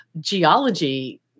geology